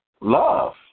love